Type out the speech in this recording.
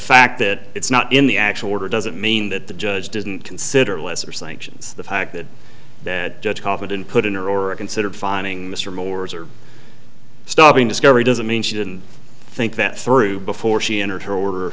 fact that it's not in the actual order doesn't mean that the judge didn't consider lesser sanctions the fact that the judge confident put in or or considered fining mr moore's or stopping discovery doesn't mean she didn't think that through before she